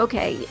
Okay